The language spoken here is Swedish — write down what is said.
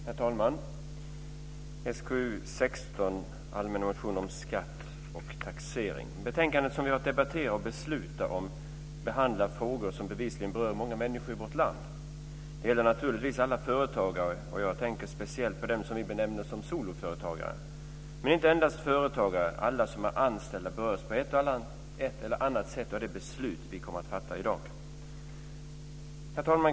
Herr talman! SkU 16, allmänna motioner om skatt och taxering, som vi har att debattera och besluta om behandlar frågor som bevisligen berör många människor i vårt land. Det gäller naturligtvis alla företagare. Jag tänker speciellt på dem som vi benämner soloföretagare. Men det gäller inte endast företagare. Alla som är anställda berörs på ett eller annat sätt av de beslut vi kommer att fatta i dag. Herr talman!